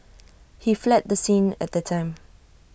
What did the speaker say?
he fled the scene at the time